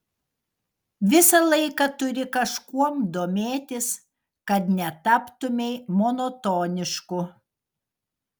visą laiką turi kažkuom domėtis kad netaptumei monotonišku